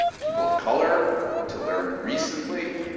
people of color until very recently,